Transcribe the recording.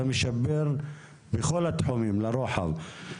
אתה משפר בכל התחומים לרוחב.